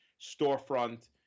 storefront